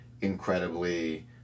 incredibly